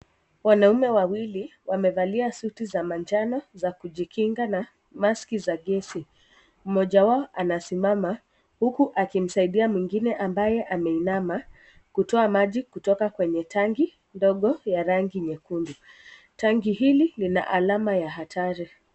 Wanaume wawili wamevalia suti za manjano za kujikinga na maski za gesi. Mkulima amevalia vazi jeupe la kujikinga na glovu. Anapulizia dawa mimea shambani. Amebeba kifaa cha kupulizia dawa chenye rangi ya kijani. Dawa inaonekana kama ukungu mweupe. Mmoja wao anasimama huku akimsaidia mwingine ambaye ameinama kutoa maji kutoka kwenye tangi ndogo ya rangi nyekundu. Tangi hili lina alama ya hatari.